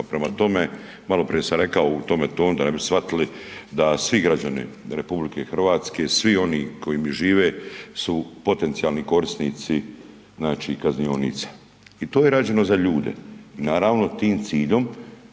pa prema tome maloprije sam rekao u tome tonu da ne bi shvatili da svi građani RH, svi oni koji …/Govornik se ne razumije/… žive su potencijalni korisnici znači kaznionica i to je rađeno za ljude, naravno tim ciljom